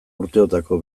urteotako